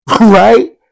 Right